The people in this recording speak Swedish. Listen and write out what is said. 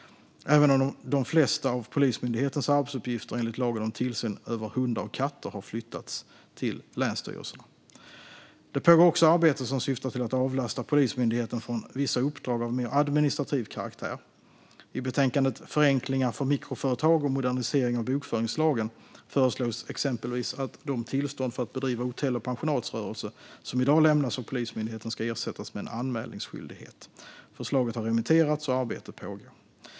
Även de flesta av Polismyndighetens arbetsuppgifter enligt lagen om tillsyn över hundar och katter har flyttats till länsstyrelserna. Det pågår också arbete som syftar till att avlasta Polismyndigheten från vissa uppdrag av mer administrativ karaktär. I betänkandet Förenklingar för mikroföretag och modernisering av bokföringslagen föreslås exempelvis att de tillstånd för att bedriva hotell och pensionatsrörelse som i dag lämnas av Polismyndigheten ska ersättas med en anmälningsskyldighet. Förslaget har remitterats och arbete pågår.